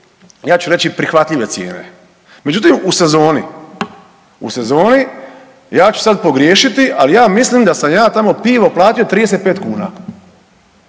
ja ću reći prihvatljive cijene, međutim u sezoni, u sezoni ja ću sad pogriješiti, ali ja mislim da sam ja tamo pivo plati 35 kuna.